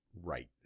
Right